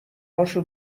هاشو